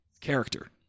character